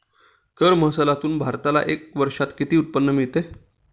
कर महसुलातून भारताला एका वर्षात किती उत्पन्न मिळते?